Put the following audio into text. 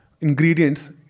ingredients